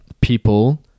people